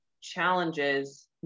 challenges